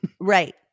Right